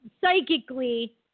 psychically